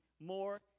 more